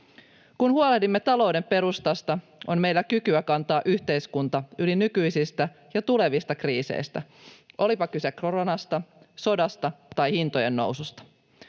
Kun huolehdimme talouden perustasta, on meillä kykyä kantaa yhteiskunta yli nykyisistä ja tulevista kriiseistä, olipa kyse koronasta, sodasta tai hintojen noususta.